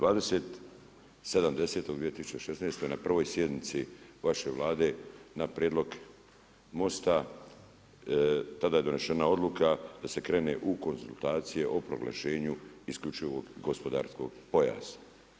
27.10.2016. na prvoj sjednici vaše Vlade na prijedlog MOST-a tada je donešena odluka da se krene u konzultacije o proglašenju isključivog gospodarskog pojasa.